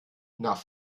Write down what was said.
nach